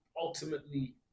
ultimately